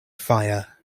fire